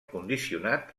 condicionat